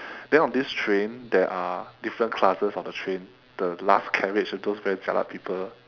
then on this train there are different classes on the train the last carriage are those very jialat people